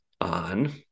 on